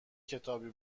کتابی